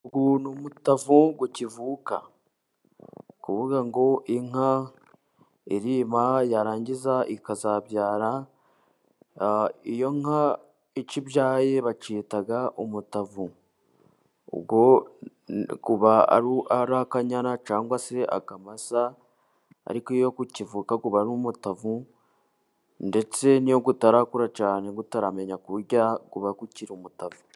Uyu ni umutavu ukivuka, ni ukuvuga ngo inka, irima, yarangiza ikazabyara, iyo nka icyo ibyaye bacyita umutavu, ubwo kaba ari akanyana cyangwa se akamasa, ariko iyo ukivuka ku ni umutavu, ndetse n'iyo utarakura cyane utaramenya kurya uba ukiri umutavu.